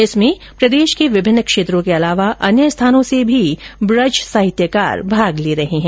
इसके तहत प्रदेश के विभिन्न क्षेत्रों के अलावा अन्य स्थानों से भी ब्रज साहित्यकार भाग ले रहे है